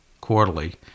Quarterly